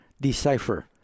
decipher